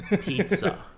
pizza